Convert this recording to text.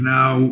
now